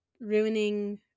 ruining